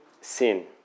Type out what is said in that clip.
sin